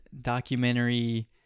documentary